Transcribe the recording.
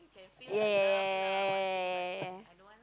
yeah yeah yeah yeah yeah yeah yeah yeah